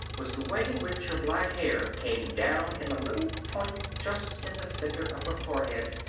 was the way in which her black hair came down in a little point just in the center of her forehead,